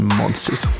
monsters